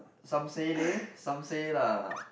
some say leh some say lah